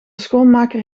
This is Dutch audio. schoonmaker